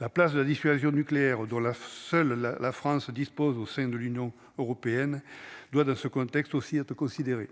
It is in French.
la place de la dissuasion nucléaire dans la seule la la France dispose au sein de l'Union européenne doit, dans ce contexte aussi être mais de